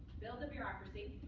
build a bureaucracy